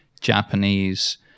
Japanese